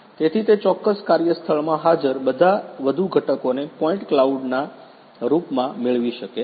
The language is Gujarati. તેથી તે ચોક્કસ કાર્યસ્થળમાં હાજર બધા વધુ ઘટકોને પોઇન્ટ કલાઉડના રૂપમાં મેળવી શકે છે